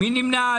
מי נמנע?